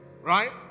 Right